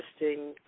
interesting